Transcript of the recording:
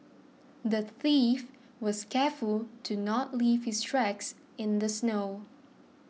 the thief was careful to not leave his tracks in the snow